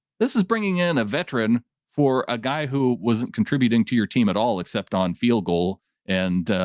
this is bringing in a veteran for a guy who wasn't contributing to your team at all, except on field goal and,